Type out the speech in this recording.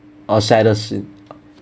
outsiders in